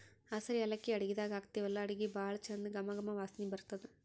ಹಸ್ರ್ ಯಾಲಕ್ಕಿ ಅಡಗಿದಾಗ್ ಹಾಕ್ತಿವಲ್ಲಾ ಅಡಗಿ ಭಾಳ್ ಚಂದ್ ಘಮ ಘಮ ವಾಸನಿ ಬರ್ತದ್